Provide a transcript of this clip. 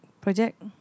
Project